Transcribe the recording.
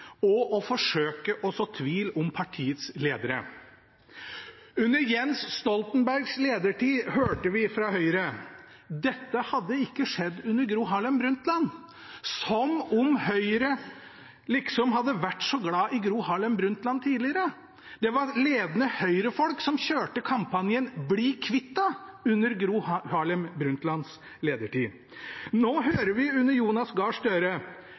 og å forsøke å så tvil om partiets ledere. Under Jens Stoltenbergs ledertid hørte vi fra Høyre: «Dette hadde ikke skjedd under Gro Harlem Brundtland.» Som om Høyre liksom hadde vært så glad i Gro Harlem Brundtland tidligere. Det var ledende Høyre-folk som kjørte kampanjen «Bli kvitt’a!» under Gro Harlem Brundtlands ledertid. Nå hører vi under Jonas Gahr Støre: